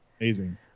amazing